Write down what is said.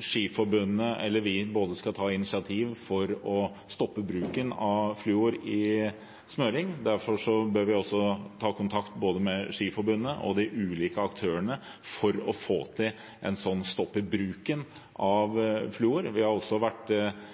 Skiforbundet eller vi skal ta initiativ for å stoppe bruken av fluor i smøring. Derfor bør vi også ta kontakt både med Skiforbundet og de ulike aktørene for å få til en stopp i bruken av fluor. Det har også vært